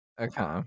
Okay